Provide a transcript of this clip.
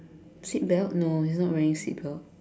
seatbelt no he's not wearing seatbelt